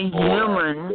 human